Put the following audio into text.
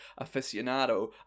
aficionado